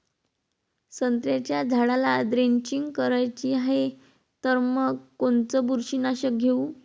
संत्र्याच्या झाडाला द्रेंचींग करायची हाये तर मग कोनच बुरशीनाशक घेऊ?